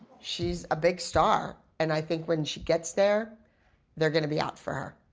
she's a big star and i think when she gets there they're gonna be out for her.